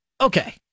Okay